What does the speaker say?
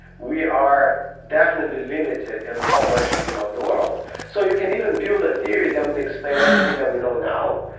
we are definitely limited in how much we can know of the world so you can even build a theory that would explain everything that we know now.